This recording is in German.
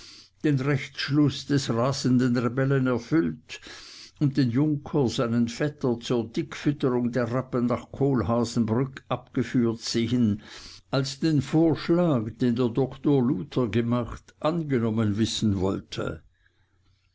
den rechtsschluß des rasenden rebellen erfüllt und den junker seinen vetter zur dickfütterung der rappen nach kohlhaasenbrück abgeführt sehen als den vorschlag den der doktor luther gemacht angenommen wissen wollte